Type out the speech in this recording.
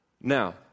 Now